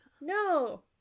No